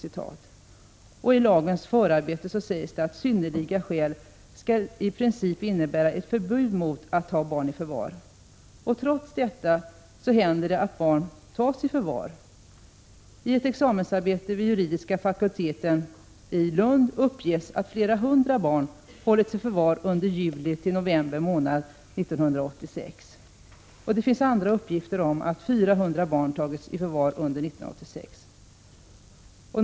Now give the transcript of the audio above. I lagens förarbete sägs att ”synnerliga skäl” skall innebära principiellt förbud mot att ta barn i förvar. Trots detta händer det att barn tas i förvar. I ett examensarbete vid juridiska fakulteten i Lund uppges att flera hundra barn hållits i förvar under månaderna juli-november 1986. Det finns andra uppgifter om att 400 barn tagits i förvar under 1986.